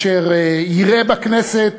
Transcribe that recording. אשר יראה בכנסת,